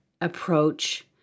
approach